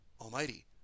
almighty